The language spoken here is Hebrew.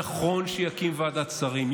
נכון שיקים ועדת שרים,